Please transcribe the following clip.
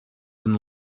and